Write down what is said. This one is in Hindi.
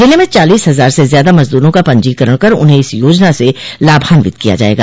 ज़िले में चालीस हज़ार से ज़्यादा मजदूरों का पंजीकरण कर उन्हें इस योजना से लाभान्वित किया जायेगा